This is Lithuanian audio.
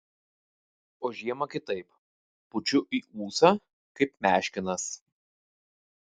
o žiemą kitaip pučiu į ūsą kaip meškinas